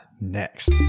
next